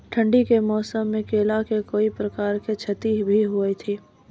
ठंडी के मौसम मे केला का कोई प्रकार के क्षति भी हुई थी?